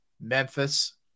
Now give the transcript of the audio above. Memphis